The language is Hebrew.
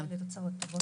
כדי להגיע לתוצאות טובות.